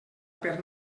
per